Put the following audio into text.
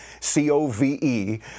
C-O-V-E